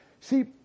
See